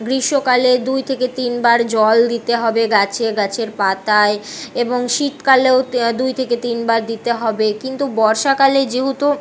গ্রীষ্মকালে দুই থেকে তিনবার জল দিতে হবে গাছে গাছের পাতায় এবং শীতকালেও দুই থেকে তিনবার দিতে হবে কিন্তু বর্ষাকালে যেহতু